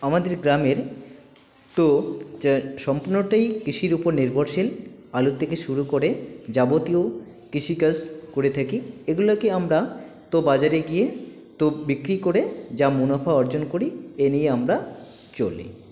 আমাদের গ্রামের তো যে সম্পূর্ণটাই কৃষির উপর নির্ভরশীল আলুর থেকে শুরু করে যাবতীয় কৃষিকাজ করে থাকি এগুলাকে আমরা তো বাজারে গিয়ে তো বিক্রি করে যা মুনাফা অর্জন করি এ নিয়ে আমরা চলি